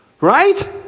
right